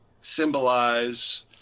symbolize